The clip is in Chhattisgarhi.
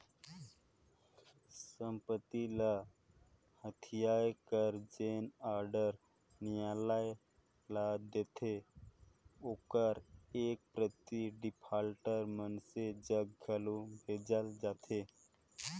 संपत्ति ल हथियाए कर जेन आडर नियालय ल देथे ओकर एक प्रति डिफाल्टर मइनसे जग घलो भेजल जाथे